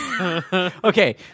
Okay